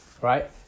right